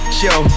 show